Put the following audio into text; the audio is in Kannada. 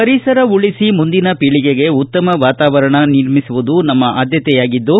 ಪರಿಸರ ಉಳಿಸಿ ಮುಂದಿನ ಪೀಳಿಗೆಗೆ ಉತ್ತಮ ವಾತವಾರಣ ನಿರ್ಮಿಸುವುದು ನಮ್ಮ ಆದ್ಯತೆಯಾಗಿದ್ದು